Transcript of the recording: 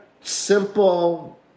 simple